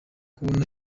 kubona